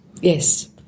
Yes